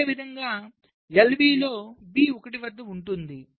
అదేవిధంగా LB లో B 1 వద్ద ఉంటుంది